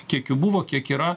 kiek jų buvo kiek yra